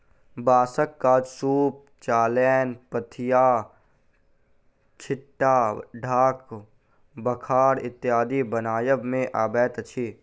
बाँसक काज सूप, चालैन, पथिया, छिट्टा, ढाक, बखार इत्यादि बनबय मे अबैत अछि